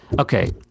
okay